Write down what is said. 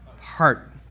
heart